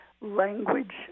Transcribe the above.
language